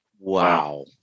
Wow